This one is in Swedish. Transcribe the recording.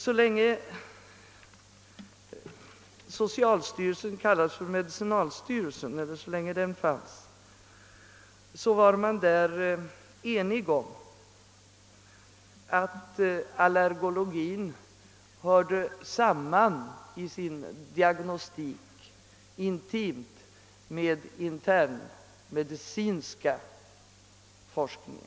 Så länge medicinalstyrelsen fanns, hävdade den att allergologin i sin diagnostik hörde intimt samman med den internmedicinska forskningen.